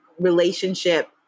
relationship